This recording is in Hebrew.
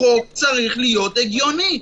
החוק צריך להיות הגיוני.